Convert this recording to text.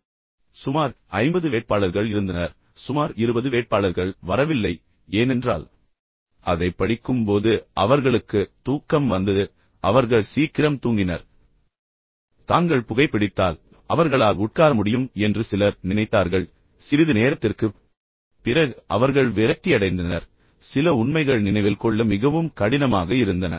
இப்போது சுமார் 50 வேட்பாளர்கள் இருந்தனர் பின்னர் சுமார் 20 வேட்பாளர்கள் வரவில்லை ஏனென்றால் அதை படிக்கும் போது அவர்களுக்கு தூக்கம் வந்தது பின்னர் அவர்கள் சீக்கிரம் தூங்கினர் தாங்கள் புகைப்பிடித்தால் பின்னர் அவர்களால் உட்கார முடியும் என்று சிலர் நினைத்தார்கள் ஆனால் சிறிது நேரத்திற்குப் பிறகு அவர்கள் விரக்தியடைந்தனர் சில உண்மைகள் நினைவில் கொள்ள மிகவும் கடினமாக இருந்தன